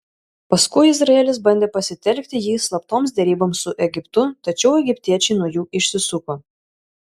paskui izraelis bandė pasitelkti jį slaptoms deryboms su egiptu tačiau egiptiečiai nuo jų išsisuko